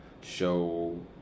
show